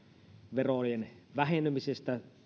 verojen vähenemisestä